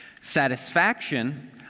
Satisfaction